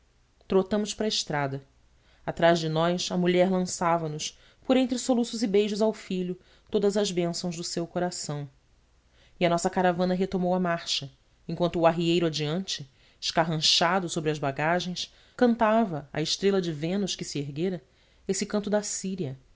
para a estrada atrás de nós a mulher lançava nos por entre soluços e beijos ao filho todas as bênçãos do seu coração e a nossa caravana retomou a marcha enquanto o arrieiro adiante escarranchado sobre as bagagens cantava à estrela de vênus que se erguera esse canto da síria